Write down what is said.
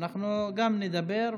כבוד השר,